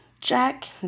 Jack